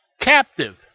captive